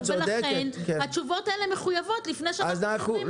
לכן התשובות האלה מחויבות לפני שאנחנו מתקדמים בזה.